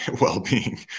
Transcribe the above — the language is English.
well-being